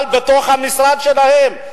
אבל בתוך המשרד שלהם,